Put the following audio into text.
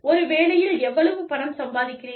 ஒரு வேலையில் எவ்வளவு பணம் சம்பாதிக்கிறீர்கள்